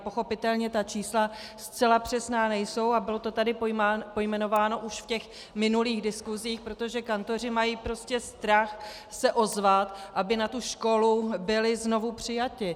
Pochopitelně ta čísla zcela přesná nejsou a bylo to tady pojmenováno už v minulých diskusích, protože kantoři mají prostě strach se ozvat, aby na tu školu byli znovu přijati.